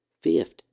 Fifth